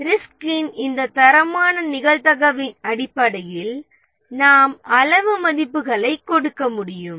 ரிஸ்கின் இந்த தரமான நிகழ்தகவின் அடிப்படையில் நாம் அளவு மதிப்புகளை கொடுக்க முடியும்